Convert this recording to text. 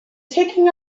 taking